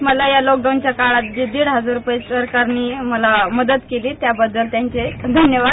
मला या लॉकडाऊनच्या काळात जे दीड हजार रूपये सरकारने मला मदत केली त्याबद्दल त्यांचे धन्यवाद